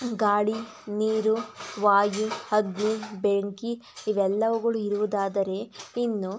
ಗಾಳಿ ನೀರು ವಾಯು ಅಗ್ನಿ ಬೆಂಕಿ ಇವೆಲ್ಲವುಗಳು ಇರುವುದಾದರೆ ಇನ್ನು